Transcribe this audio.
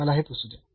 मला हे पुसू द्या